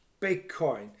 bitcoin